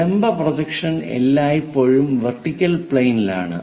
ലംബ പ്രൊജക്ഷൻ എല്ലായ്പ്പോഴും വെർട്ടിക്കൽ പ്ലെയിനിലാണ്